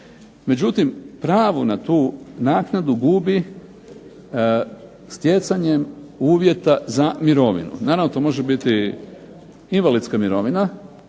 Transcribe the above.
Međutim, pravo na tu naknadu gubi stjecanjem uvjeta za mirovinu, naravno to može biti invalidska mirovina,